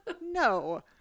No